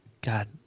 God